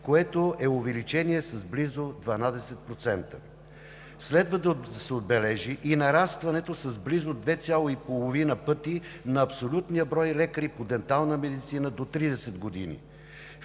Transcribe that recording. което е увеличение с близо 12%. Следва да се отбележи и нарастването с близо две цяло и половина пъти на абсолютния брой лекари по дентална медицина до 30 години,